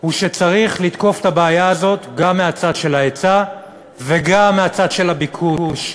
הוא שצריך לתקוף את הבעיה הזו גם מהצד של ההיצע וגם מהצד של הביקוש.